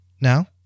now